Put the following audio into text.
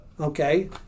okay